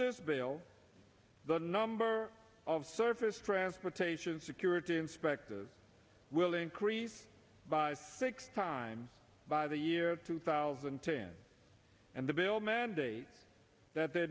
this veil the number of surface transportation security inspectors will increase by six times by the year two thousand and ten and the bill mandates that the